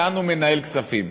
לאן הוא מנהל כספים?